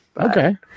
okay